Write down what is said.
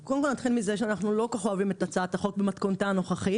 נתחיל מזה שאנחנו לא כל כך אוהבים את הצעת החוק במתכונתה הנוכחית.